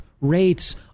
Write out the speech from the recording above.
rates